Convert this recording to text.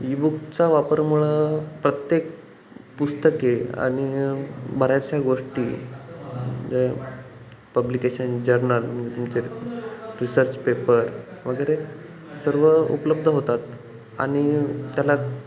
ईबुकचा वापरामुळं प्रत्येक पुस्तके आणि बऱ्याचशा गोष्टी जर पब्लिकेशन जर्नल तुमचे रिसर्च पेपर वगैरे सर्व उपलब्ध होतात आणि त्याला